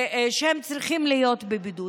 שהם צריכים להיות בבידוד.